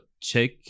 check